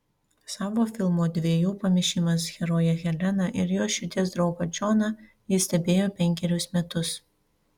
savo filmo dviejų pamišimas heroję heleną ir jos širdies draugą džoną ji stebėjo penkerius metus